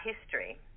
history